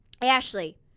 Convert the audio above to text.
Ashley